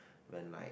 when my